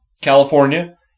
California